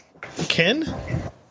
Ken